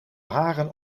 haren